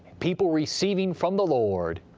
people receiving from the lord!